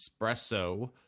Espresso